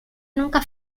nunca